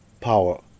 power